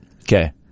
okay